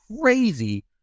crazy